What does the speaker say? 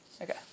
Okay